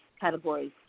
categories